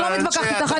אני לא מתווכחת איתך.